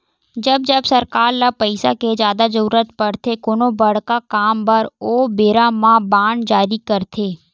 जब जब सरकार ल पइसा के जादा जरुरत पड़थे कोनो बड़का काम बर ओ बेरा म बांड जारी करथे